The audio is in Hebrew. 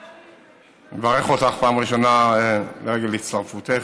אני מברך אותך פעם ראשונה לרגל הצטרפותך,